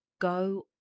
Go